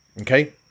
okay